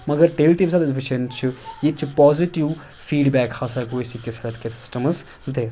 مگر تیٚلہِ تہِ ییٚمہِ ساتہٕ أسۍ وٕچھان چھِ ییٚتہِ چھِ پوٚزِٹِو فیٖڈبیک ہَسا ہٮ۪کو أسۍ ییٚتہِ کِس سِسٹَمَس دِتھ